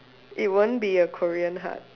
it won't be a Korean heart